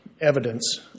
evidence